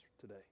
today